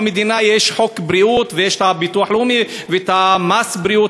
במדינה יש חוק בריאות ויש הביטוח הלאומי ומס הבריאות,